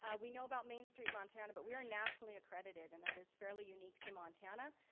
ah we know about main street montana, but we are nationally accredited and that is fairly unique to montana.